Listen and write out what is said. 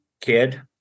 kid